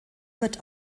wird